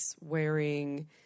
wearing